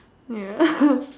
ya